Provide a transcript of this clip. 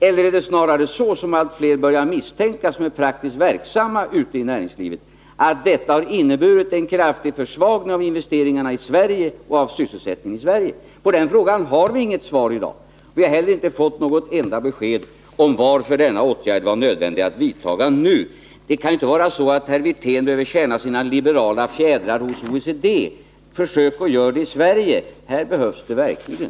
Eller är det snarare så, som allt fler börjar misstänka som är praktiskt verksamma ute i näringslivet, att de har inneburit en kraftig försvagning av investeringarna i Sverige och sysselsättningen i Sverige? På de frågorna har vi inget svar i dag. Vi har inte heller fått något enda besked om varför det var nödvändigt att vidta denna åtgärd nu. Det kan ju inte vara så, att herr Wirtén behöver tjäna sina liberala fjädrar hos OECD. Försök att göra det i Sverige. Här behövs det verkligen!